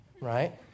right